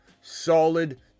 solid